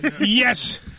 Yes